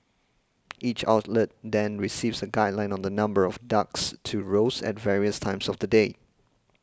each outlet then receives a guideline on the number of ducks to roast at various times of the day